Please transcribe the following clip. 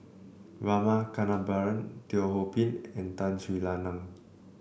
Rama Kannabiran Teo Ho Pin and Tun Sri Lanang